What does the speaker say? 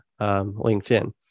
LinkedIn